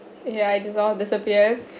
ya I dissolved disappears